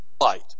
light